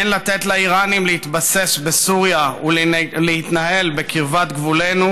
אין לתת לאיראנים להתבסס בסוריה ולהתנהל בקרבת גבולנו.